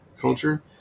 culture